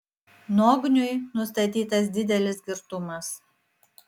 nogniui nustatytas didelis girtumas